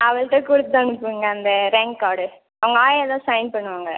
அவள்கிட்ட கொடுத்தனுப்புங்க அந்த ரேங்க் கார்டு அவங்க ஆயாதான் சைன் பண்ணுவாங்கள்